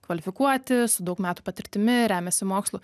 kvalifikuoti su daug metų patirtimi remiasi mokslu